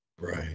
right